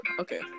okay